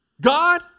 god